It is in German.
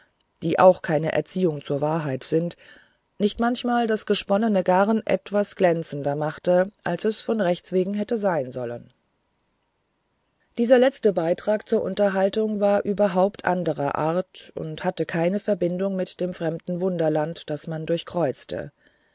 die auch keine erzieher zur wahrheit sind nicht manchmal das gesponnene garn etwas glänzender machte als es von rechts wegen hätte sein sollen dieser letzte beitrag zur unterhaltung war überhaupt anderer art und hatte keine verbindung mit dem fremden wunderland das man